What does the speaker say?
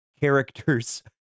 characters